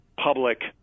public